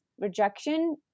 rejection